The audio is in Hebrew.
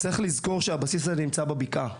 צריך לזכור שהבסיס הזה נמצא בבקעה,